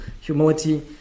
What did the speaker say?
humility